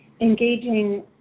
engaging